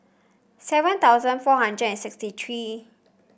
seven thousand four hundred and sixty three